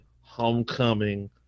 Homecoming